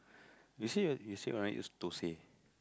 you see right you see right use tosai